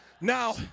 Now